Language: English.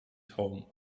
home